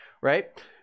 right